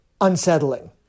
unsettling